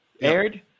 aired